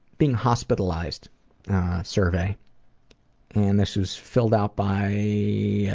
being hospitalized survey and this was filled out by a